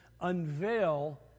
unveil